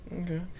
Okay